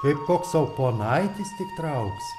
kaip koks sau ponaitis tik trauksi